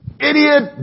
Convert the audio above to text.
idiot